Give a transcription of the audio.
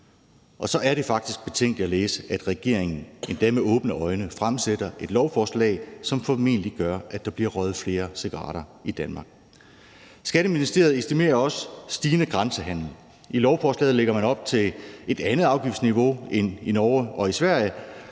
og så er det faktisk betænkeligt at læse, at regeringen, endda med åbne øjne, fremsætter et lovforslag, som formentlig gør, at der bliver røget flere cigaretter i Danmark. Skatteministeriet estimerer også en stigende grænsehandel. I lovforslaget lægger man op til et andet afgiftsniveau end i Norge og Sverige,